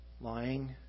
lying